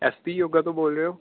S P ਯੋਗਾ ਤੋਂ ਬੋਲ ਰਹੇ ਹੋ